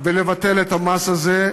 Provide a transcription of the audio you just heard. ולבטל את המס הזה,